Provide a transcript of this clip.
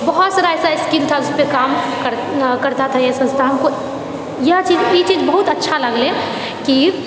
बहुत सारा ऐसा स्कीम था जिसपर काम करता था यह संस्था हमको यह चीज ई चीज बहुत अच्छा लागलै कि